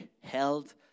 held